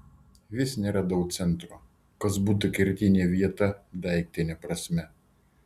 vis neradau centro kas būtų kertinė vieta daiktine prasme